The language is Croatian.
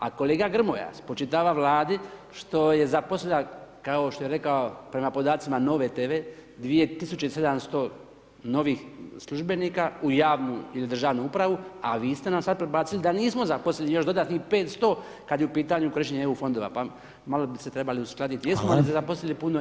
A kolega Grmoja spočitava Vladi što je zaposlila, kao što je rekao prema podacima Nove TV, 2700 novih službenika u javnu ili državnu upravu, a vi ste nam sada predbacili da nismo zaposlili još dodatnih 500 kada je u pitanju korištenje EU Fondova, pa malo bi se trebali uskladiti [[Upadica: Hvala]] jesmo li zaposlili puno ili nismo.